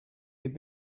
give